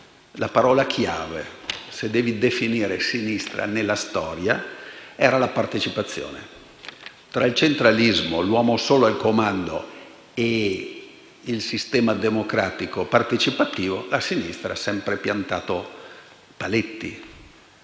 alla parola chiave che definisce la sinistra nella storia, è «partecipazione». Tra il centralismo, l'uomo solo al comando e il sistema democratico partecipativo la sinistra ha sempre piantato paletti: